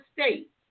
state